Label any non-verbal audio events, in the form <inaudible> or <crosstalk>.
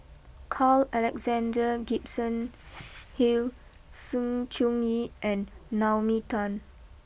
<noise> Carl Alexander Gibson <noise> Hill Sng Choon Yee and Naomi Tan